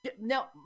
Now